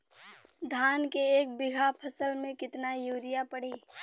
धान के एक बिघा फसल मे कितना यूरिया पड़ी?